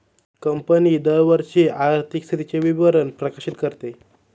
company दरवर्षी आर्थिक स्थितीचे विवरण प्रकाशित करते